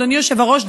אדוני היושב-ראש,